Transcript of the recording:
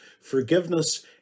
Forgiveness